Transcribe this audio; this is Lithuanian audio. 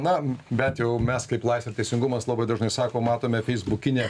na bent jau mes kaip laisvė ir teisingumas labai dažnai sakom matome feisbukinę